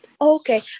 Okay